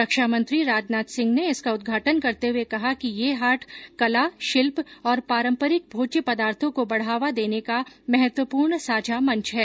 रक्षामंत्री राजनाथ सिंह ने इसका उद्घाटन करते हुये कहा कि ये हाट कला शिल्प और पारंपरिक भोज्य पदार्थो को बढावा देने का महत्वपूर्ण साझा मंच है